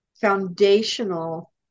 foundational